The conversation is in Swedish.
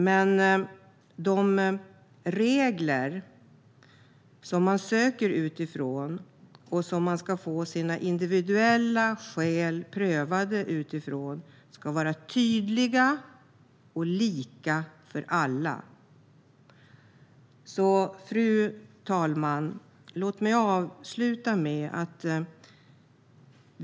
Men de regler som man söker utifrån och som man ska få sina individuella skäl prövade utifrån ska vara tydliga och lika för alla. Fru talman!